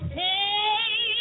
hey